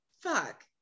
Fuck